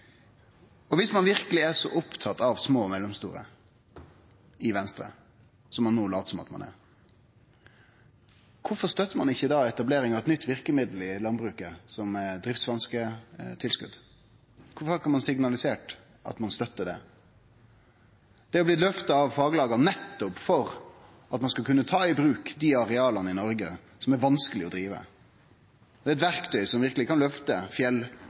verkeleg er så oppteken av små og mellomstore bruk i Venstre, som ein no lest som at ein er, kvifor støttar ein ikkje etableringa av eit nytt verkemiddel i landbruket, som er driftsvansketilskot? Kvifor har ein ikkje signalisert at ein støttar det? Det er blitt løfta av faglaga nettopp for at ein skal kunne ta i bruk dei areala i Noreg som er vanskelege å drive. Det er eit verktøy som verkeleg kan løfte fjell-